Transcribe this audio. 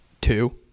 Two